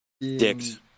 dicks